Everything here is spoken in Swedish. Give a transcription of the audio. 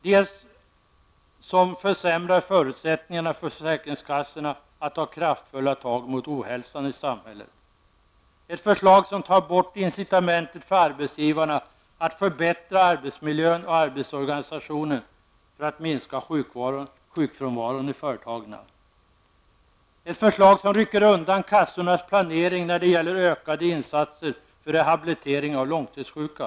Det är ett förslag som försämrar förutsättningarna för försäkringskassorna att ta kraftfulla tag mot ohälsan i samhället. Det är ett förslag som tar bort incitamentet för arbetsgivarna att förbättra arbetsmiljön och arbetsorganisationen för att minska sjukfrånvaron i företagen. Det är ett förslag som rycker undan kassornas planering när det gäller ökade insatser för rehabilitering av långtidssjuka.